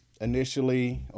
Initially